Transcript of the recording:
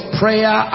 prayer